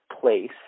place